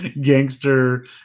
gangster